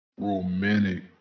romantic